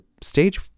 stage